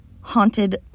haunted